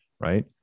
right